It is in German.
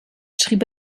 schrieb